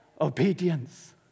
obedience